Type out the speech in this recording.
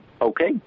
okay